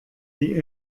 die